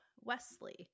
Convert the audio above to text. Wesley